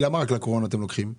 למה אתם לוקחים רק לקורונה?